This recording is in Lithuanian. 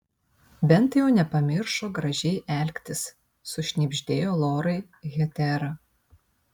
bent jau nepamiršo gražiai elgtis sušnibždėjo lorai hetera